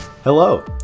Hello